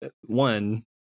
one